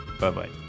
bye-bye